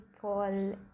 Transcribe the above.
call